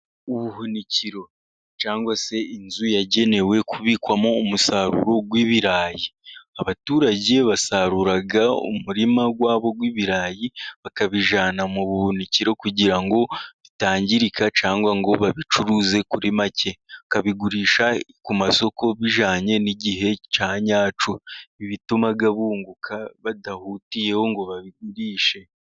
Ubuhunikiro cyangwa se inzu yagenewe kubikwamo umusaruro w'ibirayi. Abaturage basarura umurima wa bo w'ibirayi, bakabijyana mu buhunikiro, kugira ngo bitangirika cyangwa ngo babicuruze kuri make. Bakabigurisha ku masoko bijyanye n'igihe cya nyacyo. Ibi bituma bunguka badahutiyeho ngo babigurishe.